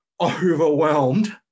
overwhelmed